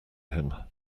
him